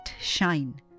shine